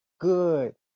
Good